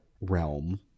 realm